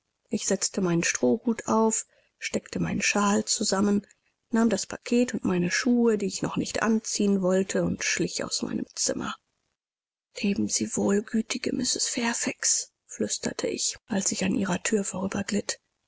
ich setzte meinen strohhut auf steckte meinen shawl zusammen nahm das packet und meine schuhe die ich noch nicht anziehen wollte und schlich aus meinem zimmer leben sie wohl gütige mrs fairfax flüsterte ich als ich an ihrer thür